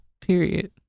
Period